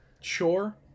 Sure